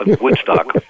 Woodstock